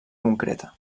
concreta